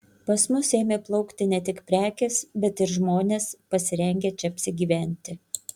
pas mus ėmė plaukti ne tik prekės bet ir žmonės pasirengę čia apsigyventi